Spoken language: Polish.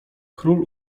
król